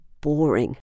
boring